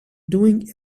doing